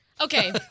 Okay